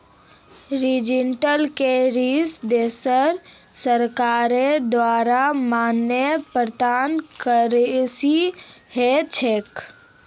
digital currency देशेर सरकारेर द्वारे मान्यता प्राप्त करेंसी ह छेक